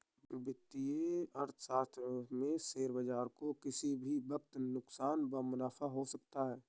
वित्तीय अर्थशास्त्र में शेयर बाजार को किसी भी वक्त नुकसान व मुनाफ़ा हो सकता है